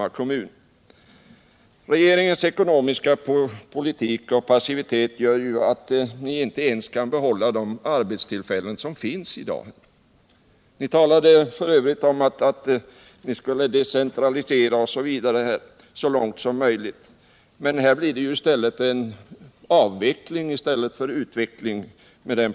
Regeringens ekonomiska politik och passivitet gör ju att ni inte ens kan behålla de arbetstillfällen som finns i dag. Ni talade f. ö. om att ni skulle decentralisera så långt som möjligt. Med den politik som ni för blir det ju en avveckling i stället för en utveckling.